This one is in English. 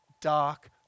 dark